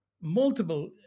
multiple